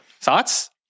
Thoughts